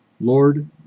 Lord